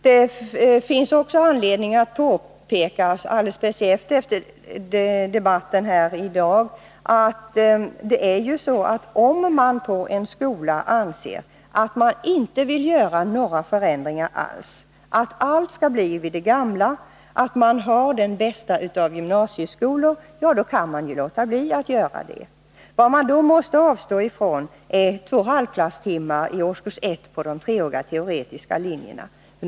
Det finns också anledning att påpeka — alldeles speciellt efter debatten här i dag — att om man på en skola anser att man inte vill göra några förändringar alls utan vill att allt skall bli vid det gamla och att man har den bästa av gymnasieskolor, kan man låta bli att företa några ändringar. Vad man då måste göra är att avstå från två halvklasstimmar i årskurs 1 på de 3-åriga teoretiska linjerna.